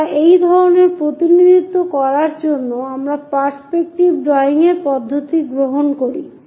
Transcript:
আমরা একই ধরনের প্রতিনিধিত্ব করার জন্য আমরা পার্সপেক্টিভ ড্রয়িং পদ্ধতি গ্রহণ করি